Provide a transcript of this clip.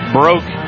broke